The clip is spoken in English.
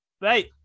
right